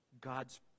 God's